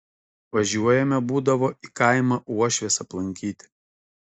važiuojame būdavo į kaimą uošvės aplankyti